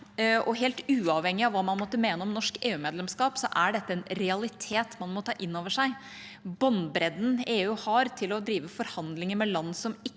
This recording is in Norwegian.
og helt uavhengig av hva man måtte mene om norsk EU-medlemskap, er dette en realitet man må ta inn over seg. Båndbredden EU har til å drive forhandlinger med land som ikke